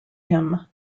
him